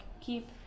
keep